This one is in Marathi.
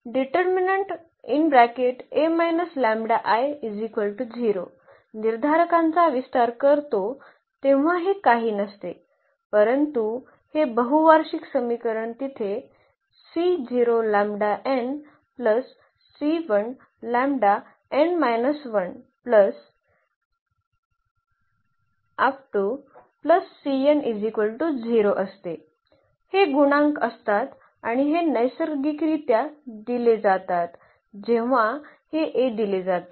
म्हणून जेव्हा आपण या निर्धारकांचा विस्तार करतो तेव्हा हे काही नसते परंतु हे बहुवार्षिक समीकरण तिथे असते हे गुणांक असतात आणि हे नैसर्गिकरित्या दिले जातात जेव्हा हे A दिले जाते